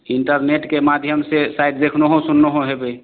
इंटरनेटके माध्यम से शायद देखनहौ सुननहौ होयबै